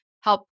help